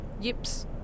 YIPS